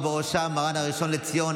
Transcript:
ובראשם מרן הראשון לציון,